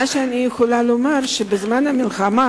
מה שאני יכולה לומר הוא שבזמן המלחמה